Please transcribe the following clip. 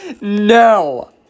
No